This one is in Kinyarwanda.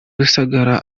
rusagara